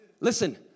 Listen